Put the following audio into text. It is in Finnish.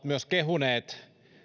myös kehuneet